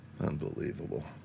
Unbelievable